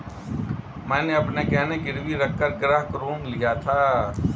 मैंने अपने गहने गिरवी रखकर गृह ऋण लिया था